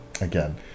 Again